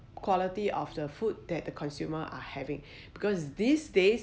quality of the food that the consumer are having because these days